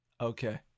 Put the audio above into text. okay